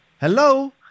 Hello